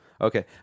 Okay